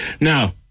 Now